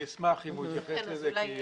אני אשמח אם הוא יתייחס לזה.